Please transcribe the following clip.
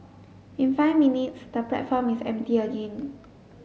in five minutes the platform is empty again